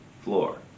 floor